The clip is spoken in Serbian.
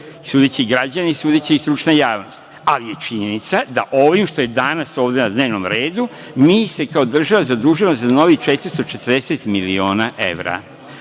sudiće građani i sudiće stručna javnost, ali je činjenica da ovim što je danas na dnevnom redu, mi se kao država zadužujemo 440 miliona